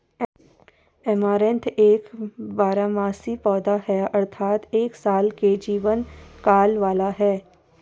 amaranth एक बारहमासी पौधा है अर्थात एक साल के जीवन काल वाला है